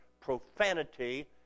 profanity